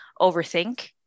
overthink